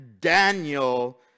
Daniel